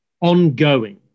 ongoing